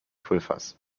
pulvers